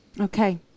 okay